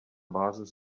basis